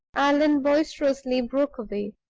allan boisterously broke away.